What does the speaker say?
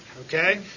Okay